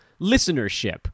listenership